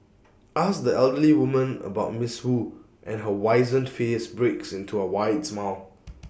ask the elderly woman about miss wu and her wizened face breaks into A wide smile